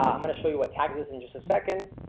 um i'm going to show you what tags is in just a second.